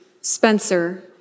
Spencer